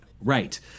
Right